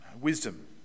Wisdom